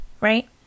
right